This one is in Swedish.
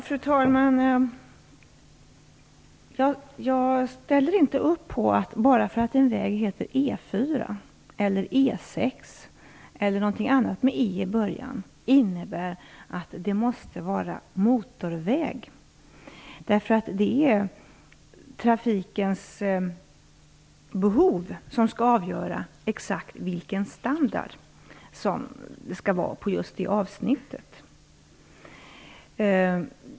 Fru talman! Jag ställer inte upp på att det måste vara motorväg bara för att en väg heter E 4, E 6 eller någonting annat med E i början. Det är trafikens behov som skall avgöra exakt vilken standard det skall vara på just det avsnittet.